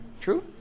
True